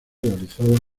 realizadas